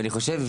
ואני חושב,